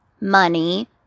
money